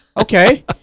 Okay